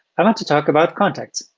i want to talk about contacts.